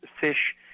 fish